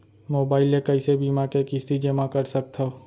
Mobile ले कइसे बीमा के किस्ती जेमा कर सकथव?